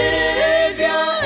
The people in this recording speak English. Savior